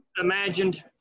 imagined